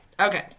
Okay